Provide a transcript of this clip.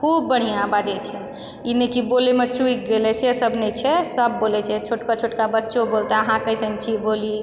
खूब बढ़िआँ बाजै छै ई नहि कि बोलैमे चुकि गेलै से सब नहि छै सब बोलै छै छोटका छोटका बच्चो बोलै छै अहाँ कहै छी हम छी बोली